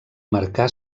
marcà